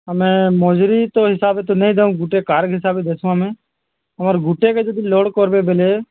ଆମେ ମଜୁୁରୀ ତ ହିସାବେ ତ ନେଇ ଦଉଁ ଗୁଟେ କାର୍ ହିସାବ୍ରେ ଦେସୁଁ ଆମେ ଆମର୍ ଗୁଟେକେ ଯଦି ଲୋଡ଼୍ କର୍ବେ ବେଲେ